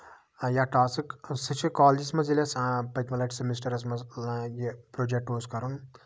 یا ٹاسٔک سُہ چھُ کالیجَس منٛز ییٚلہِ أسۍ پٔتۍمہِ لَٹہِ سٮ۪مِسٹَرَس منٛز یہِ پروجٮ۪کٹ اوس کَرُن